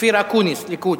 אופיר אקוניס, ליכוד.